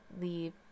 leave